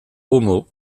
homo